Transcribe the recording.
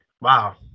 wow